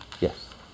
yes